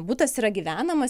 butas yra gyvenamas